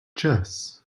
chess